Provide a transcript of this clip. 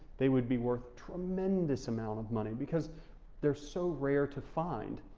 they would be worth tremendous amount of money because they're so rare to find.